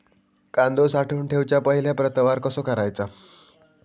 कांदो साठवून ठेवुच्या पहिला प्रतवार कसो करायचा?